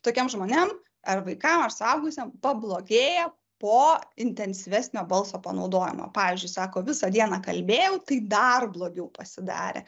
tokiem žmonėm ar vaikam ar suaugusiem pablogėja po intensyvesnio balso panaudojimo pavyzdžiui sako visą dieną kalbėjau tai dar blogiau pasidarė